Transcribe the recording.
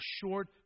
short